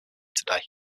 today